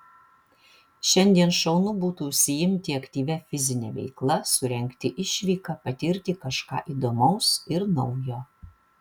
šiandien šaunu būtų užsiimti aktyvia fizine veikla surengti išvyką patirti kažką įdomaus ir naujo